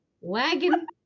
wagon